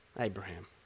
Abraham